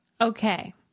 Okay